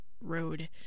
Road